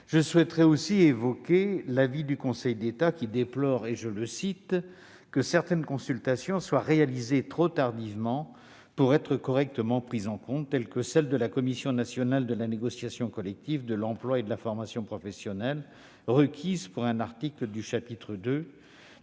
Je souhaiterais également évoquer l'avis du Conseil d'État, qui déplore « que certaines consultations sont réalisées trop tardivement pour être correctement prises en compte, telle celle de la commission nationale de la négociation collective, de l'emploi et de la formation professionnelle (CNNCEFP) requise pour un article du chapitre II,